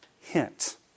hint